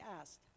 asked